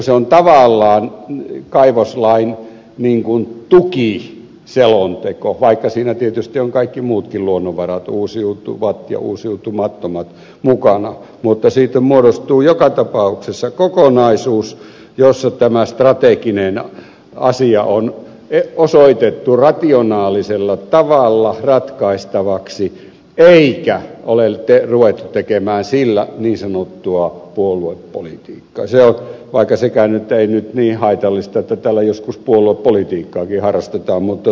se on tavallaan kaivoslain tukiselonteko vaikka siinä tietysti ovat kaikki muutkin luonnonvarat uusiutuvat ja uusiutumattomat mukana mutta siitä muodostuu joka tapauksessa kokonaisuus jossa tämä strateginen asia on osoitettu rationaalisella tavalla ratkaistavaksi eikä ole ruvettu tekemään sillä niin sanottua puoluepolitiikkaa vaikka sekään ei nyt ole niin haitallista että täällä joskus puoluepolitiikkaakin harrastetaan